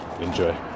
enjoy